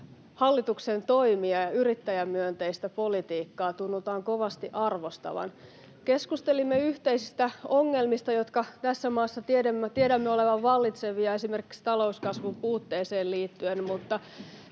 hallituksen toimia ja yrittäjämyönteistä politiikkaa tunnutaan kovasti arvostettavan. Keskustelimme yhteisistä ongelmista, joiden tässä maassa tiedämme olevan vallitsevia, esimerkiksi talouskasvun puutteeseen liittyen, mutta